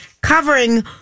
covering